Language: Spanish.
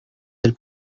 del